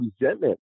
resentment